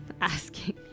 asking